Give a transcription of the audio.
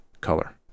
color